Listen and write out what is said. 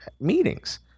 meetings